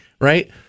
right